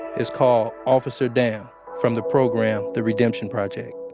it's called officer down from the program, the redemption project